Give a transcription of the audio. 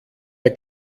der